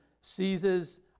seizes